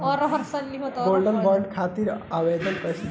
Gold bond खातिर आवेदन कैसे दिही?